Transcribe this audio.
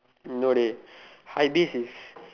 no dey Hypebeast is